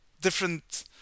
different